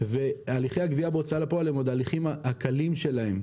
והליכי הגבייה בהוצאה לפועל הם ההליכים הקלים שלהם.